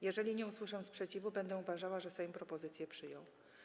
Jeżeli nie usłyszę sprzeciwu, będę uważała, że Sejm propozycje przyjął.